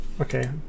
Okay